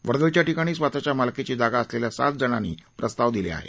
वर्दळीच्या ठिकाणी स्वतःच्या मालकीची जागा असलेल्या सात जणांनी प्रस्ताव दिले आहेत